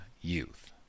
youth